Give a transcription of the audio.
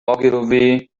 ogilvy